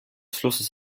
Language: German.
flusses